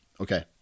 Okay